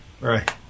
Right